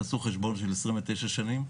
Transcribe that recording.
תעשו חשבון של 29 שנים.